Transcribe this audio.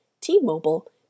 T-Mobile